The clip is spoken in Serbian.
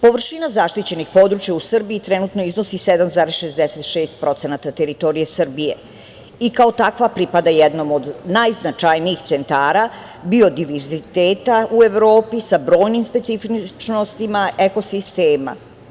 Površina zaštićenih područja u Srbiji trenutno iznosi 7,66% teritorije Srbije i kao takva pripada jednom od najznačajnijih Centara biodiverziteta u Evropi sa brojnim specifičnostima ekosistema.